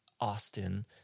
Austin